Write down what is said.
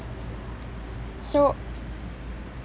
so